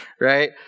right